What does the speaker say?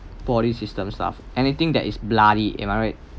poly-system stuff anything that is bloody am I right